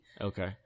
okay